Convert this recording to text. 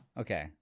Okay